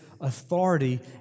authority